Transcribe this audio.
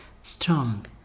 strong